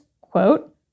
quote